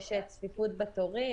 יש צפיפות בתורים,